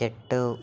చెట్టు